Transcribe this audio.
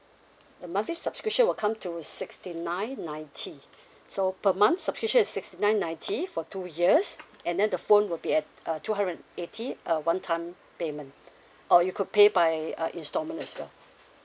the monthly subscription will come to sixty nine ninety so per month subscription is sixty nine ninety for two years and then the phone will be at uh two hundred and eighty uh one time payment or you could pay by uh installment as well